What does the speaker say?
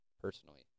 personally